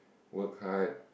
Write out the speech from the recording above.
work hard